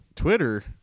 twitter